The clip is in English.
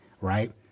right